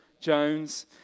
Jones